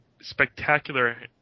spectacular